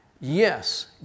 Yes